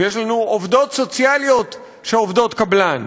ויש לנו עובדות סוציאליות שהן עובדות קבלן,